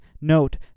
Note